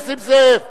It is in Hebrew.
חבר הכנסת נסים זאב,